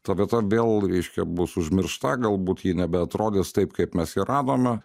ta vieta vėl reiškia bus užmiršta galbūt ji nebeatrodys taip kaip mes ją radome